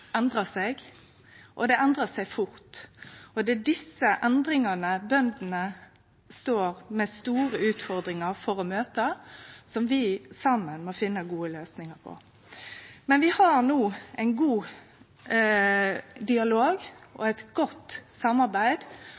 endra seg fort, og det er desse endringane og desse store utfordringane bøndene står i og må møte, og som vi saman må finne gode løysingar på. Men vi har no ein god dialog og eit godt samarbeid.